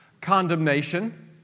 Condemnation